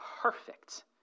perfect